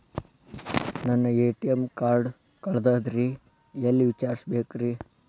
ನನ್ನ ATM card ಕಳದದ್ರಿ ಎಲ್ಲಿ ವಿಚಾರಿಸ್ಬೇಕ್ರಿ?